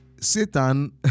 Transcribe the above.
Satan